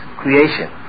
creation